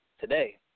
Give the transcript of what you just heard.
Today